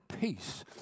peace